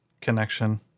connection